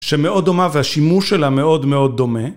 שמאוד דומה והשימוש שלה מאוד מאוד דומה.